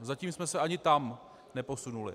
Zatím jsme se ani tam neposunuli.